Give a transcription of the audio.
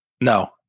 No